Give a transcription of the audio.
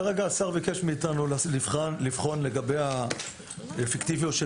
כרגע השר ביקש מאתנו לבחון את האפקטיביות של